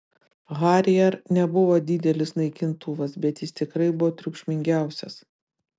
harrier nebuvo didelis naikintuvas bet jis tikrai buvo triukšmingiausias